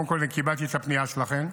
קודם כול, קיבלתי את הפנייה שלכן.